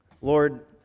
Lord